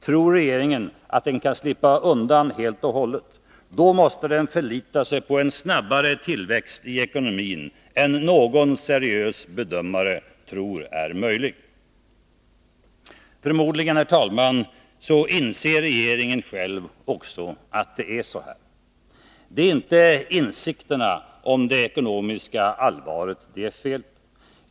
Tror regeringen att den kan slippa undan helt och hållet, måste den förlita sig på en snabbare tillväxt i ekonomin än någon seriös bedömare tror är möjlig. Herr talman! Förmodligen inser regeringen också själv att det är så. Det är inte insikterna om det ekonomiska allvaret det är fel på.